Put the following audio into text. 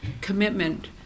commitment